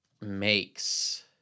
Makes